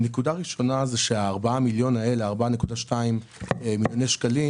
נקודה ראשונה היא שה-4.2 מיליוני שקלים,